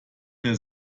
mehr